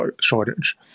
shortage